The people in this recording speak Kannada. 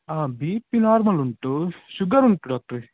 ಹಾಂ ಬಿ ಪಿ ನಾರ್ಮಲ್ ಉಂಟು ಶುಗರ್ ಉಂಟು ಡಾಕ್ಟ್ರೆ